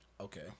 Okay